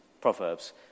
Proverbs